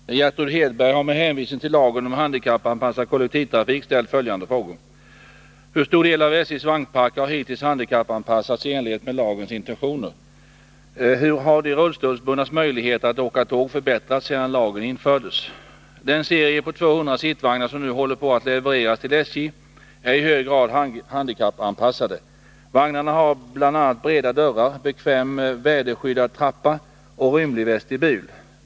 Herr talman! Gertrud Hedberg har med hänvisning till lagen om handikappanpassad kollektivtrafik ställt följande frågor. 1. Hurstor del av SJ:s vagnpark har hittills handikappanpassats i enlighet med lagens intentioner? 2. Hur har de rullstolsbundnas möjligheter att åka tåg förbättrats sedan lagen infördes? Den serie på 200 sittvagnar som nu håller på att levereras till SJ är i hög grad handikappanpassade. Vagnarna har bl.a. breda dörrar, bekväm väderskyddad trappa och rymlig vestibul.